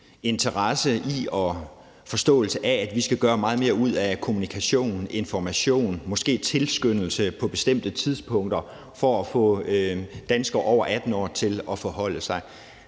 interesse i og forståelse af, at vi skal gøre meget mere ud af kommunikation, information og måske tilskyndelse på bestemte tidspunkter for at få danskere over 18 år til at forholde sig